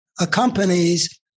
accompanies